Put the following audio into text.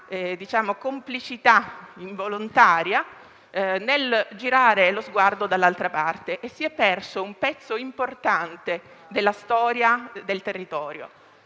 una complicità involontaria nel girare lo sguardo dall'altra parte e si è perso un pezzo importante della storia del territorio.